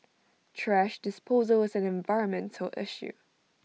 thrash disposal is an environmental issue